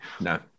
no